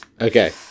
Okay